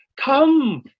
Come